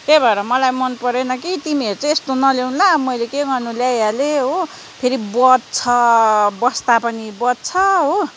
त्यही भएर मलाई मनपरेन कि तिमीहरू चाहिँ यस्तो नल्याउनु ल मैले के गर्नु ल्याइहालेँ हो फेरि बज्छ बस्दा पनि बज्छ हो